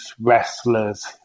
wrestlers